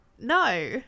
no